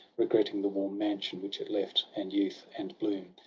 regretting the warm mansion which it left. and youth, and bloom,